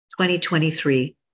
2023